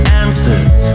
answers